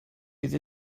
bydd